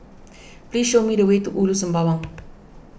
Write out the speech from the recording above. please show me the way to Ulu Sembawang